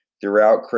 throughout